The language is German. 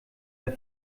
der